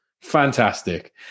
fantastic